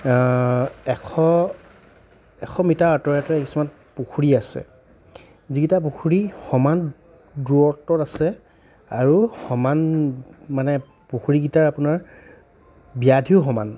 এশ এশ মিটাৰ আঁতৰে আঁতৰে কিছুমান পুখুৰী আছে যিকেইটা পুখুৰী সমান দূৰত্বত আছে আৰু সমান মানে পুখুৰী কেইটাৰ আপোনাৰ ব্যাধিও সমান